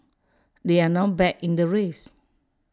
they are now back in the race